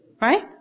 Right